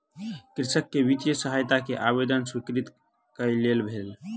कृषक के वित्तीय सहायता के आवेदन स्वीकृत कय लेल गेल